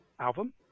album